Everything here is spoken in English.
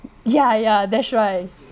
ya ya that's right